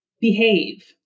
behave